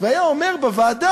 והיה אומר בוועדה: